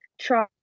try